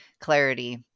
clarity